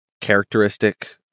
characteristic